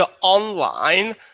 online